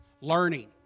Learning